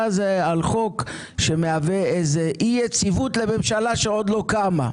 הזה על חוק שמהווה איזו אי יציבות לממשלה שעוד לא קמה.